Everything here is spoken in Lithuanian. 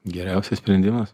geriausias sprendimas